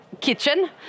kitchen